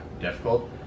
difficult